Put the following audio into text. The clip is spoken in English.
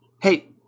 hey